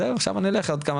זהו, תודה